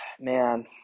man